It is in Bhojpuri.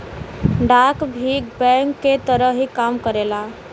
डाक भी बैंक के तरह ही काम करेला